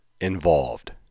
involved